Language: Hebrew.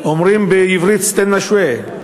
אומרים בעברית: "סטָנָה שוואיה".